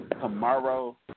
tomorrow